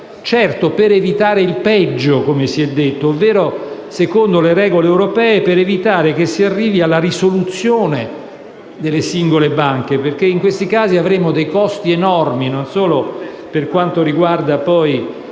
Certo, per evitare il peggio, come si è detto, ovvero secondo le regole europee per evitare che si arrivi alla risoluzione delle singole banche; in questi casi avremmo infatti dei costi enormi non solo per quanto riguarda utenti